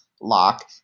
lock